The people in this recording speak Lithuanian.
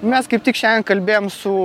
mes kaip tik šiandien kalbėjom su